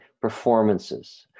performances